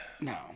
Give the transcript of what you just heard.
no